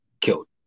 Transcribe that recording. killed